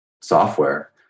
software